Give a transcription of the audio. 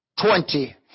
twenty